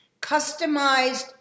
Customized